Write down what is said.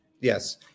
yes